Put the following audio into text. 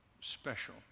special